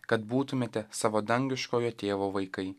kad būtumėte savo dangiškojo tėvo vaikai